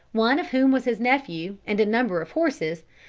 one of whom was his nephew, and a number of horses,